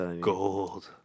Gold